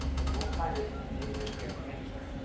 and you won't find this in any newspaper anywhere.